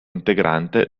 integrante